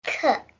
cook